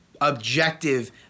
objective